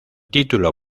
título